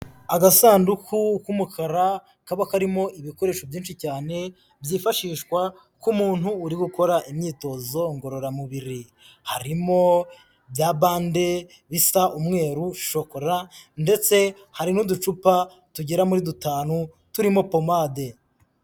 Agasanduku k'umukara kaba karimo ibikoresho byinshi cyane byifashishwa k'umuntu uri gukora imyitozo ngororamubiri. Harimo bya bande bisa umweru, shokora ndetse hari n'uducupa tugera muri dutanu turimo pomade.